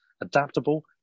adaptable